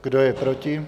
Kdo je proti?